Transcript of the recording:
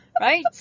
Right